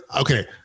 okay